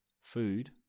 Food